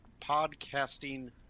podcasting